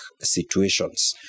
situations